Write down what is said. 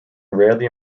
rarely